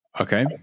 Okay